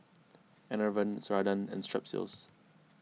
Enervon Ceradan and Strepsils